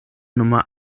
nummer